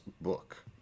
book